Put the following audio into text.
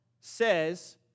says